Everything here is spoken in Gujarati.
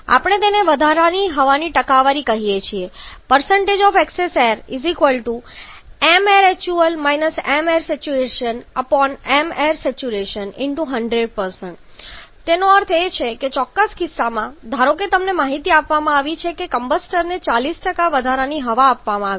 આપણે તેને વધારાની હવાની ટકાવારી કહીએ છીએ તે છે excess air mair |actual −mair |stoimair |stoi100 તેનો અર્થ એ છે કે ચોક્કસ કિસ્સામાં ધારો કે તમને માહિતી આપવામાં આવી છે કે કમ્બસ્ટરને 40 વધારાની હવા આપવામાં આવી છે